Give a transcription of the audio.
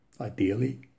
Ideally